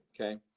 okay